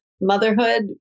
motherhood